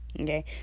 Okay